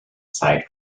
side